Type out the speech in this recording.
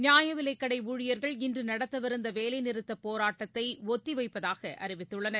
நியாய விலைக்கடை ஊழியர்கள் இன்று நடத்தவிருந்த வேலை நிறுத்தப் போராட்டத்தை ஒத்தி வைப்பதாக அறிவித்துள்ளனர்